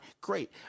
great